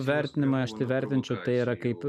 vertinimai aš tai vertinčiau tai yra kaip